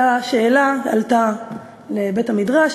עלתה שאלה לבית-המדרש,